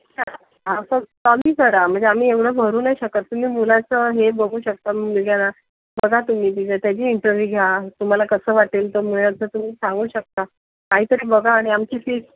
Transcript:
कमी करा म्हणजे आम्ही एवढं भरू नाही शकत तुम्ही मुलाचं हे बघू शकता मुलग्याला बघा तुम्ही त्याची इंटरवी घ्या तुम्हाला कसं वाटेल तर म्हणजे असं तुम्ही सांगू शकता काहीतरी बघा आणि आमची फीस